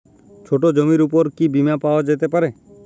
ছোট জমির উপর কি বীমা পাওয়া যেতে পারে?